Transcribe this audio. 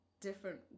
different